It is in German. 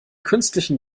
künstlichen